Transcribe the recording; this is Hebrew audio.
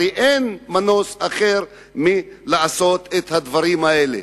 הרי אין מנוס מלעשות את הדברים האלה.